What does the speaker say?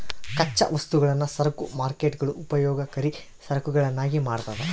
ಕಚ್ಚಾ ವಸ್ತುಗಳನ್ನು ಸರಕು ಮಾರ್ಕೇಟ್ಗುಳು ಉಪಯೋಗಕರಿ ಸರಕುಗಳನ್ನಾಗಿ ಮಾಡ್ತದ